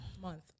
month